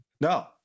No